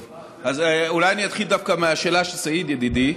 אז אולי אתחיל דווקא מהשאלה של סעיד, ידידי.